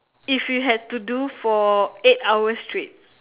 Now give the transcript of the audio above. if you had to do for eight hours straight